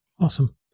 Awesome